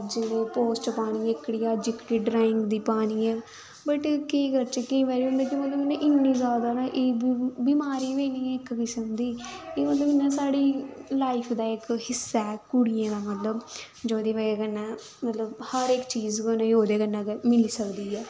अज्ज पोस्ट पानी एह्कड़ी अज्ज एह्कड़ी ड्राइंग दी पानी ऐ बट केह् करचै केईं बारी होंदा कि में इन्ना जैदा न एह् बमारी बी निं ऐ इक किस्म दी एह् मतलब इ'यां साढ़ी लाइफ दा इक हिस्सा ऐ कुड़ियें दा मतलब जोह्दी वजह् कन्नै अस मतलब हर इक चीज ओह्दे कन्नै गै मिली सकदी ऐ